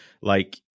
like-